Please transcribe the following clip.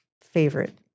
favorite